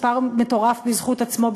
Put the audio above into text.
מספר מטורף בזכות עצמו,